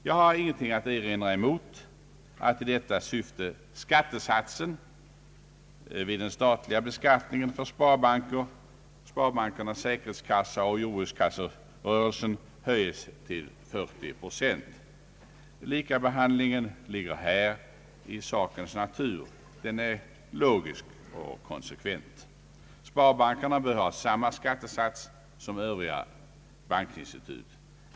Jag har ingenting att erinra mot att i detta syfte skattesatsen vid den statliga beskattningen för sparbankerna, sparbankernas säkerhetskassa och jordbrukskasserörelsen höjes till 40 procent. Likabehandlingen ligger här i sakens natur, den är logisk och konse kvent. Sparbankerna bör ha samma skattesats som övriga bankinstitut.